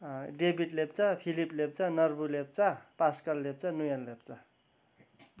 David Lepcha Philip Lepcha Norbu Lepcha Pascal Lepcha Noel Lepcha